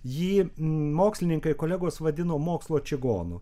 jį mokslininkai kolegos vadino mokslo čigonu